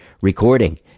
recording